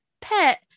pet